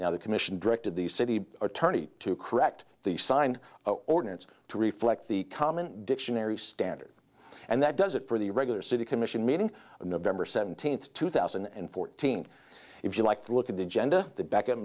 now the commission directed the city attorney to correct the signed ordinance to reflect the common dictionary standard and that does it for the regular city commission meeting in nov seventeenth two thousand and fourteen if you like to look at the agenda to back